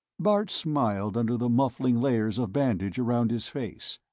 bart smiled under the muffling layers of bandage around his face.